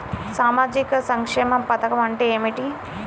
సామాజిక సంక్షేమ పథకం అంటే ఏమిటి?